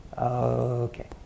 Okay